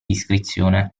iscrizione